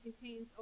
contains